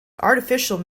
artificial